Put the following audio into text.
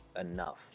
enough